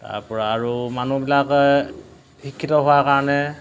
তাৰপৰা আৰু মানুহবিলাকে শিক্ষিত হোৱাৰ কাৰণে